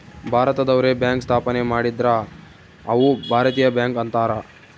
ಭಾರತದವ್ರೆ bank ಸ್ಥಾಪನೆ ಮಾಡಿದ್ರ ಅವು ಭಾರತೀಯ ಬ್ಯಾಂಕ್ ಅಂತಾರ